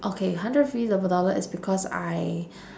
okay hundred and fifty d~ dollar is because I